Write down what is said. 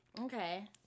okay